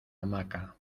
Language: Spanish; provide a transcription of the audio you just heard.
hamaca